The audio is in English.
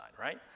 right